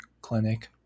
clinic